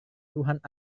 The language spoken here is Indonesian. tuhan